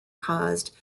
caused